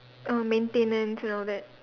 err maintenance and all that